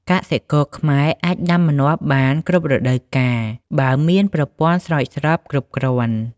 កសិករខ្មែរអាចដាំម្នាស់បាន គ្រប់រដូវកាល បើមានប្រព័ន្ធស្រោចស្រពគ្រប់គ្រាន់។